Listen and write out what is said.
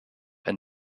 and